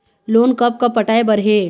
Loan कब कब पटाए बर हे?